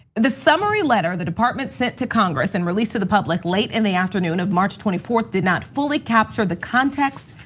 the summary letter the department sent to congress and released to the public late in the afternoon of march twenty fourth did not fully capture the context,